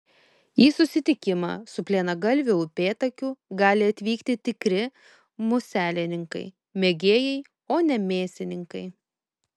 į susitikimą su plienagalviu upėtakiu gali atvykti tikri muselininkai mėgėjai o ne mėsininkai